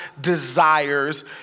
desires